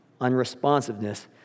unresponsiveness